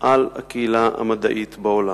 על הקהילה המדעית בעולם.